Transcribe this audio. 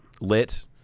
Lit